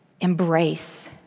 embrace